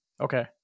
Okay